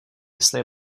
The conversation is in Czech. jestli